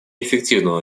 эффективного